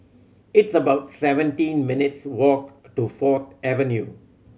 it's about seventeen minutes' walk to Fourth Avenue